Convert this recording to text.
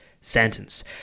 sentence